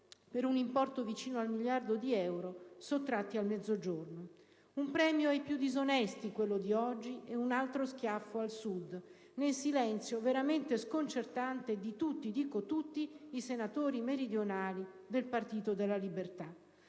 per un importo vicino al miliardo di euro sottratto al Mezzogiorno. Un premio ai più disonesti - quello di oggi - ed un altro schiaffo al Sud nel silenzio veramente sconcertante di tutti, dico tutti, i senatori meridionali del Partito della Libertà.